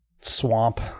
swamp